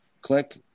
Click